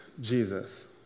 Jesus